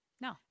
no